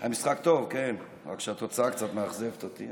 היה משחק טוב, כן, רק שהתוצאה קצת מאכזבת אותי.